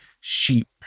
sheep